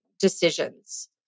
decisions